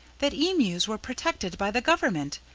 that emus were protected by the government.